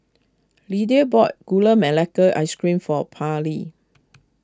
Lidia bought Gula Melaka Ice Cream for Pairlee